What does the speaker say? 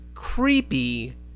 creepy